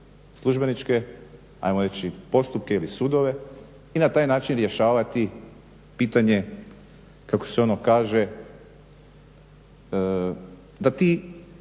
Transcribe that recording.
službeničke, ajmo reći postupke ili sudove i na taj način rješavati pitanje kako se ono kaže da ti